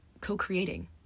co-creating